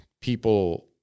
people